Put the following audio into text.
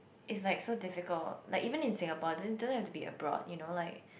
is like so difficult like even in Singapore you don't have to be abroad you know like